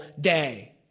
day